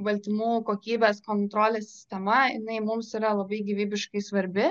baltymų kokybės kontrolės sistema jinai mums yra labai gyvybiškai svarbi